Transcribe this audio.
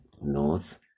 north